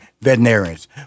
veterinarians